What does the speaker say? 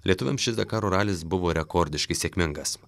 lietuviams šis dakaro ralis buvo rekordiškai sėkmingas